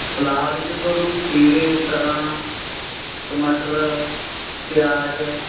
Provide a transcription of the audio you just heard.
salad 'ਚ ਤੁਹਾਨੂੰ ਖੀਰੇ ਤਰਾਂ ਟਮਾਟਰ ਪਿਆਜ